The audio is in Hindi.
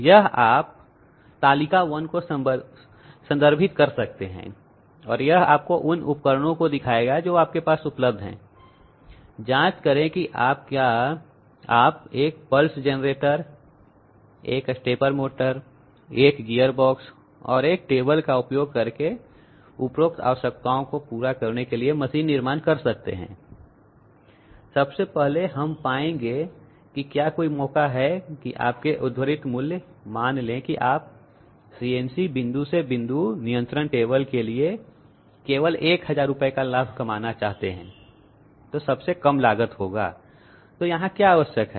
यह आप तालिका 1 को संदर्भित कर सकते हैं और यह आपको उन उपकरणों को दिखाएगा जो आपके पास उपलब्ध हैं जांच करें कि आप क्या आप 1 pulse generator 1 stepper motor 1 gear box और 1 टेबल का उपयोग करके उपरोक्त आवश्यकताओं को पूरा करने के लिए मशीन निर्माण कर सकते हैं सबसे पहले हम पाएंगे कि क्या कोई मौका है कि आपके उद्धृत मूल्य मान ले कि आप सीएनसी बिंदु से बिंदु नियंत्रण टेबल के लिए केवल 1000 रुपए का लाभ कमाना चाहते हैं सबसे कम लागत होगा तो यहां क्या आवश्यक है